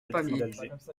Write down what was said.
pamiers